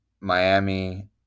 Miami